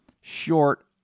short